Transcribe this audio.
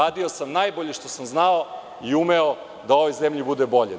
Radio sam najbolje što sam znao i umeo da ovoj zemlji bude bolje.